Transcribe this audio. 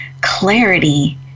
clarity